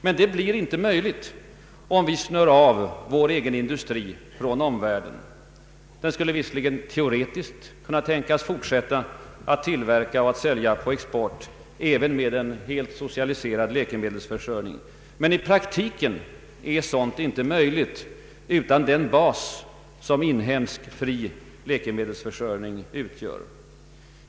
Detta blir inte möjligt om vi snör av vår egen industri från omvärlden. Den skulle visserligen teoretiskt kunna tänkas fortsätta att tillverka och sälja på export även med en helt socialiserad läkemedelsförsörjning, men i praktiken är det inte möjligt utan den bas som inhemsk fri läkemedelsförsörjning utgör.